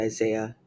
Isaiah